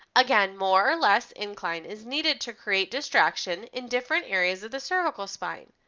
again more or less incline is needed to create distraction in different areas of the cervical spine,